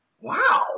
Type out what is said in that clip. Wow